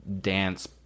dance